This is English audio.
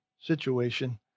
situation